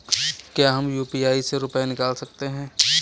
क्या हम यू.पी.आई से रुपये निकाल सकते हैं?